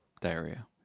diarrhea